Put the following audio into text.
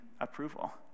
approval